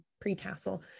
pre-tassel